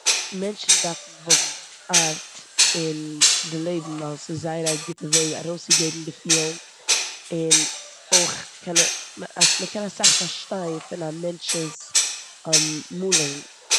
מענטשן דארפן האבן ארט און די לעבן ווייל ס'איז זייער א גוט וועג ארויסציגעבן געפילן און אויך קען מ'קען אסאך פארשטיין פון א מענטשן'ס מאלן.